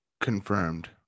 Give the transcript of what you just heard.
confirmed